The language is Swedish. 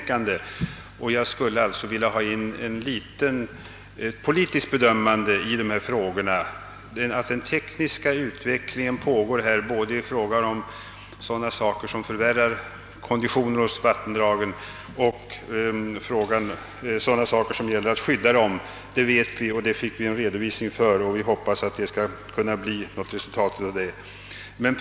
Därför skulle jag beträffande dessa frågor vilja inlägga något av ett politiskt bedömande. Den tekniska utvecklingen pågår både i fråga om sådana saker som förvärrar vattendragens kondition och i fråga om sådana saker som avser att skydda vattendragen. Vi fick en redogörelse för detta i interpellationssvaret, och vi hoppas att det blivande resultatet av pågående utredningar blir positivt.